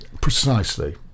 precisely